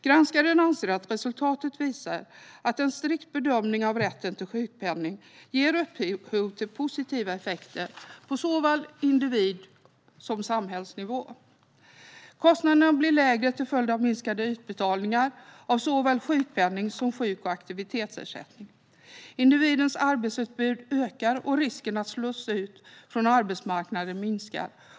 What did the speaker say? Granskaren anser att resultatet visar att en strikt bedömning av rätten till sjukpenning får positiva effekter på såväl individ som samhällsnivå. Kostnaderna blir lägre till följd av minskade utbetalningar av såväl sjukpenning som sjuk och aktivitetsersättning. Individens arbetsutbud ökar, och risken att slås ut från arbetsmarknaden minskar.